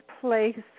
place